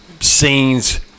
scenes